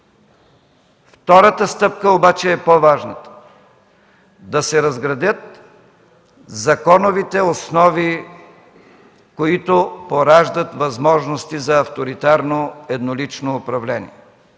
Втората стъпка обаче е по-важната – да се разградят законовите основи, които пораждат възможности за авторитарно еднолично управление